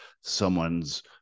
someone's